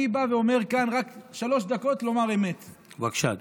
אני בא כאן לשלוש דקות לומר אמת, בבקשה.